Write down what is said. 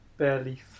barely